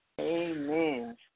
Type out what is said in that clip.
Amen